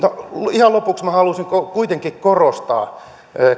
ihan lopuksi minä haluaisin kuitenkin korostaa